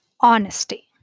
honesty